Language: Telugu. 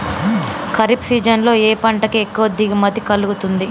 ఖరీఫ్ సీజన్ లో ఏ పంట కి ఎక్కువ దిగుమతి కలుగుతుంది?